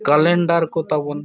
calendar ᱠᱚ ᱛᱟᱵᱚᱱ